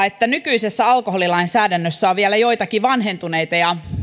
että nykyisessä alkoholilainsäädännössä on vielä joitakin vanhentuneita ja